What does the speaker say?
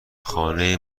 خانه